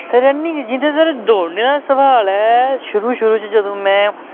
running जिंदे धोड़ी दौड़ने दा सोआल ऐ शुरू शुरू च जदूं में